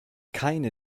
keine